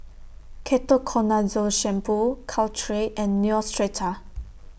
Ketoconazole Shampoo Caltrate and Neostrata